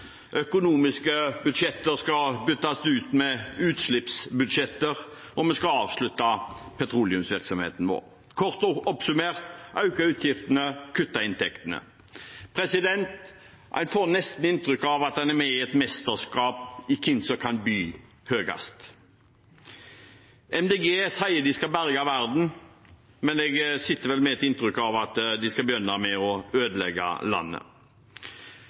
Økonomiske budsjetter skal byttes ut med utslippsbudsjetter, og vi skal avslutte petroleumsvirksomheten vår – kort oppsummert: øke utgiftene, kutte inntektene. Man får nesten inntrykk av at man er med i et mesterskap i hvem som kan by høyest. Miljøpartiet De Grønne sier de skal berge verden, men jeg sitter vel med et inntrykk av at de skal begynne med å ødelegge landet.